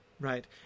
right